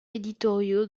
éditoriaux